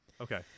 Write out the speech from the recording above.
Okay